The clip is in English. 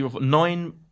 nine